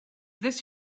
this